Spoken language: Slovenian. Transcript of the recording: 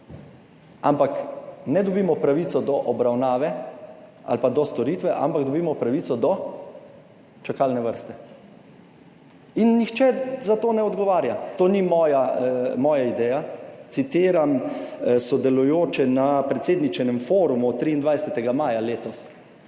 ampak ne dobimo pravico do obravnave ali pa do storitve, ampak dobimo pravico do čakalne vrste. In nihče za to ne odgovarja. To ni moja, moja ideja. Citiram sodelujoče na predsedničinem forumu 23. maja letos,